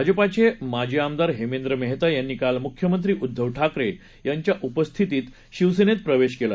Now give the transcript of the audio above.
भाजपाचेमाजीआमदारहेमेंद्रमेहतायांनीकालमुख्यमंत्रीउध्दवठाकरेयांच्याउपस्थितीतशिवसेनेतपक्षप्रवेशकेला